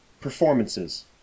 performances